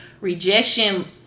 rejection